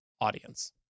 audience